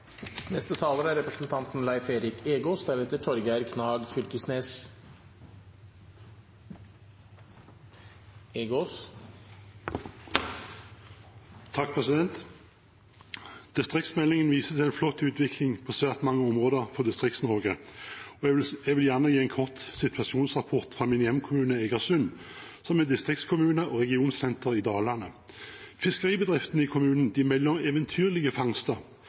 Distriktsmeldingen viser til en flott utvikling på svært mange områder for Distrikts-Norge. Jeg vil gjerne gi en kort situasjonsrapport fra min hjemkommune, Egersund, som er distriktskommune og regionsenter i Dalane. Fiskeribedriftene i kommunen melder om eventyrlige fangster.